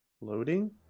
Loading